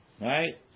right